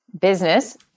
business